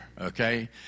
okay